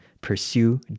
pursue